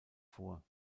vor